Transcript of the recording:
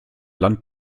land